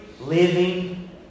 living